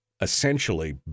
essentially